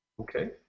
Okay